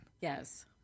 Yes